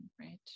right